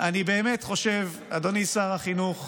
אני באמת חושב, אדוני שר החינוך,